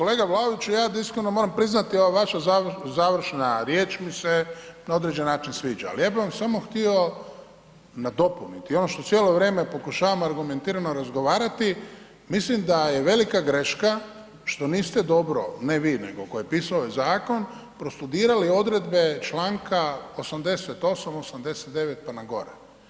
Kolega Vlaoviću, ja iskreno moram priznati ova vaša završna riječ mi se na određen način sviđa, al ja bi vam samo htio nadopuniti ono što cijelo vrijeme pokušavam argumentiramo razgovarati, mislim da je velika greška što niste dobro, ne vi, nego tko je pisao ovaj zakon, prostudirali odredbe čl. 88., 89., pa na gore.